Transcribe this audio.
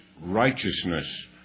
righteousness